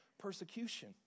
persecution